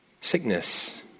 sickness